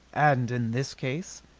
and in this case?